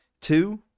Two